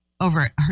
over